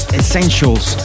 essentials